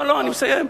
לא, אני מסיים.